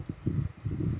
care